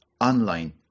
online